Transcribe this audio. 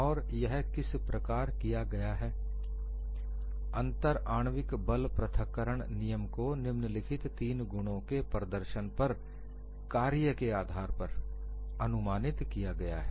और यह किस प्रकार किया गया है अंतर आणविक बल पृथक्करण नियम को निम्नलिखित तीन गुणों के प्रदर्शन के पर कार्य के आधार पर अनुमानित किया गया है